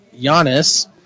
Giannis